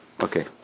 okay